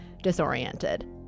disoriented